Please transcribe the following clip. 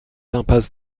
impasse